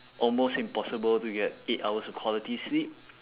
almost impossible to get eight hours of quality sleep